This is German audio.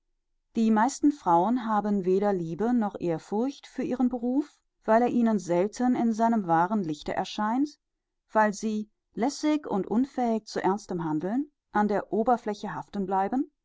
die meisten frauen haben weder liebe noch ehrfurcht für ihren beruf weil er ihnen selten in seinem wahren lichte erscheint weil sie lässig und unfähig zu ernstem handeln an der oberfläche haften bleiben